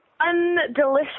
undelicious